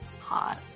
Hot